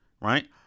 right